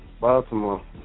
Baltimore